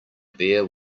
bare